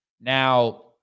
Now